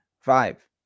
five